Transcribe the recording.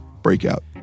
Breakout